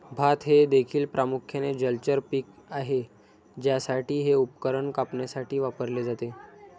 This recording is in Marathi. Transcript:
भात हे देखील प्रामुख्याने जलचर पीक आहे ज्यासाठी हे उपकरण कापण्यासाठी वापरले जाते